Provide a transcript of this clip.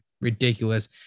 ridiculous